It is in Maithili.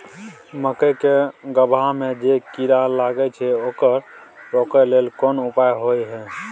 मकई के गबहा में जे कीरा लागय छै ओकरा रोके लेल कोन उपाय होय है?